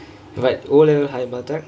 but O level higher mother tongkue